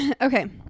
Okay